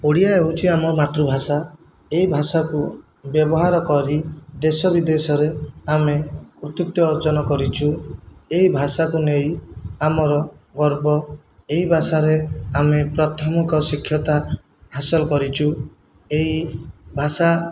ଓଡ଼ିଆ ହେଉଛି ଆମ ମାତୃଭାଷା ଏ ଭାଷାକୁ ବ୍ୟବହାର କରି ଦେଶ ବିଦେଶରେ ଆମେ କୃତିତ୍ଵ ଅର୍ଜନ କରିଛୁ ଏହି ଭାଷାକୁ ନେଇ ଆମର ଗର୍ବ ଏହି ଭାଷାରେ ଆମେ ପ୍ରାଥମିକ ଶିକ୍ଷତା ହାସଲ କରିଛୁ ଏହି ଭାଷା